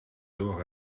door